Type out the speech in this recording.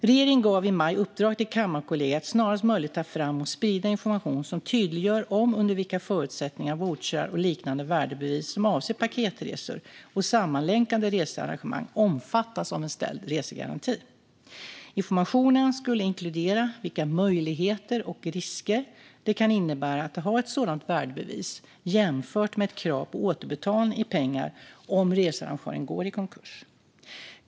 Regeringen gav i maj uppdrag till Kammarkollegiet att snarast möjligt ta fram och sprida information som tydliggör om och under vilka förutsättningar vouchrar och liknande värdebevis som avser paketresor och sammanlänkade researrangemang omfattas av en ställd resegaranti. Informationen skulle inkludera vilka möjligheter och risker det kan innebära att ha ett sådant värdebevis jämfört med ett krav på återbetalning i pengar om researrangören går i konkurs.